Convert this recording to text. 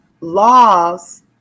laws